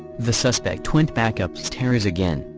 the suspect went back upstairs again,